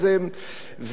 מדברים על פלורליזם,